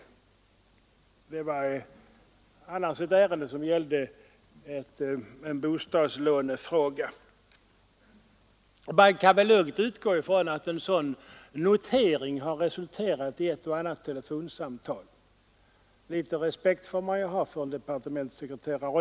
Skrivelsen gällde dessutom en bostadslånefråga. Vi kan väl lugnt utgå ifrån att en sådan notering på skrivelsen har resulterat i ett och annat telefonsamtal — litet respekt har man väl för en departementssekreterare.